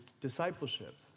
discipleship